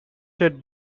set